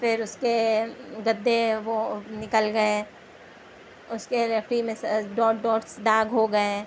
پھر اس کے گدے وہ نکل گئے اس کے ایل ایف ٹی میں سے ڈاٹ ڈاٹس داغ ہو گئے